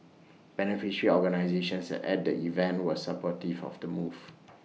beneficiary organisations at the event were supportive of the move